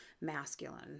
Masculine